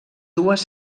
dues